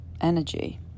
energy